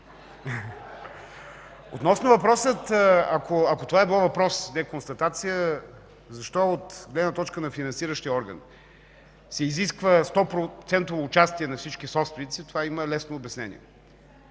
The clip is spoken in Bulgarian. Относно въпроса, ако това е било въпрос, а не констатация: защо от гледна точка на финансиращия орган се изисква 100-процентово участие на всички собственици, това има лесно обяснение.